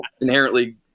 inherently